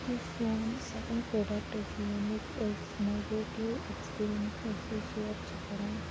یُس سون second product چھُ ییٚمِکۍ أسۍ نیٚگیٹِو ایٚکسپیٖریَنٕس تۄہہِ سۭتۍ شِیَر چھِ کَران